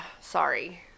sorry